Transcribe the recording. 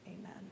Amen